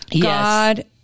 God